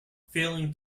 failing